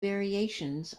variations